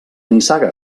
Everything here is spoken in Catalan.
nissaga